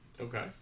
Okay